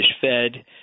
Fed